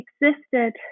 existed